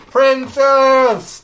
Princess